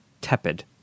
tepid